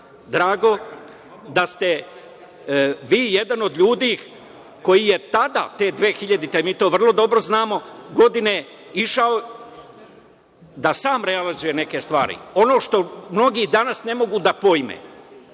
mi je da ste vi jedan od ljudi koji je tada, te 2000. godine, mi to vrlo dobro znamo, išao da sam realizuje neke stvari. Ono što mnogi danas ne mogu da pojme,